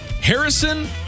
Harrison